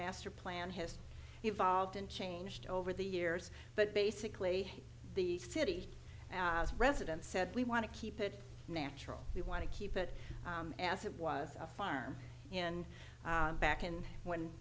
master plan has evolved and changed over the years but basically the city resident said we want to keep it natural we want to keep it as it was a farm in back and when